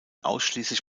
ausschließlich